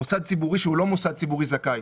מוסד ציבורי שהוא לא מוסד ציבורי זכאי,